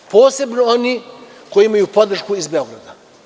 Posebno oni koji imaju podršku iz Beograda.